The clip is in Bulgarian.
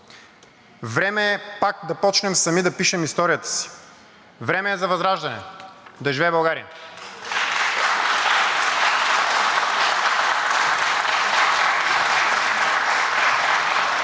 Време е пак да почнем сами да пишем историята си. Време е за Възраждане. Да живее България!